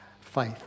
faith